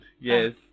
Yes